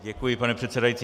Děkuji, pane předsedající.